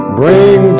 bring